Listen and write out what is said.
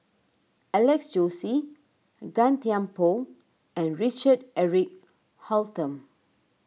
Alex Josey Gan Thiam Poh and Richard Eric Holttum